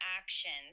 actions